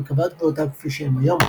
וקבע את גבולותיו כפי שהם היום.